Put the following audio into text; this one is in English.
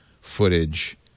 footage